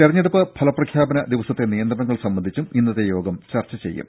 തിരഞ്ഞെടുപ്പ് ഫലപ്രഖ്യാപന ദിവസത്തെ നിയന്ത്രണങ്ങൾ സംബന്ധിച്ചും ഇന്നത്തെ യോഗം ചർച്ച ചെയ്യും